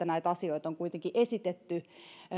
näitä asioita on kuitenkin esitetty